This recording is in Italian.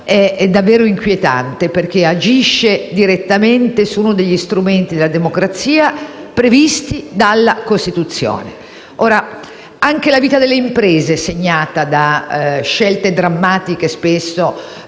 è davvero inquietante, perché agisce direttamente su uno degli strumenti della democrazia previsti dalla Costituzione. Anche la vita delle imprese è segnata da scelte drammatiche, spesso